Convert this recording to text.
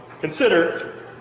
Consider